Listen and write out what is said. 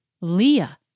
Leah